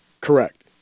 Correct